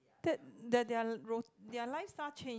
that their their ro~ their lifestyle change